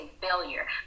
failure